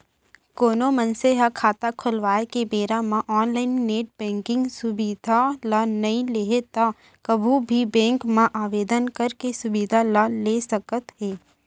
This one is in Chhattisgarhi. कोनो मनसे ह खाता खोलवाए के बेरा म ऑनलाइन नेट बेंकिंग सुबिधा ल नइ लेहे त कभू भी बेंक म आवेदन करके सुबिधा ल ल सकत हे